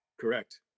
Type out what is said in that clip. Correct